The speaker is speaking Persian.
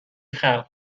خلق